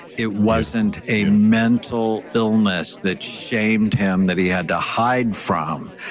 it wasn't a mental illness that shamed him that he had to hide from.